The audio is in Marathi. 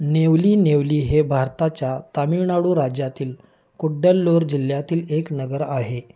नेवली नेवली हे भारताच्या तामिळनाडू राज्यातील कुड्डल्लोर जिल्ह्यातील एक नगर आहे